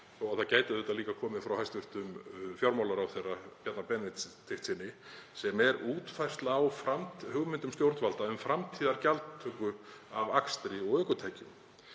það gæti líka komið frá hæstv. fjármálaráðherra Bjarna Benediktssyni, sem er útfærsla á hugmyndum stjórnvalda um framtíðargjaldtöku af akstri og ökutækjum.